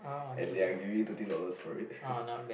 and they are giving me thirteen dollars for it ppl